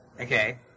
Okay